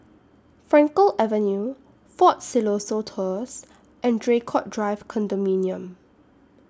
Frankel Avenue Fort Siloso Tours and Draycott Drive Condominium